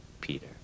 Peter